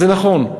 זה נכון.